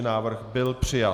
Návrh byl přijat.